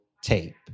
tape